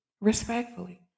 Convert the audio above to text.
respectfully